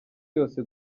yose